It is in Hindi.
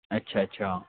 अच्छा अच्छा